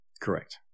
Correct